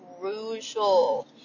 crucial